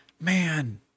man